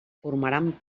formaran